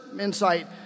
insight